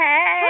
Hey